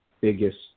biggest